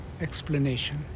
explanation